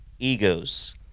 egos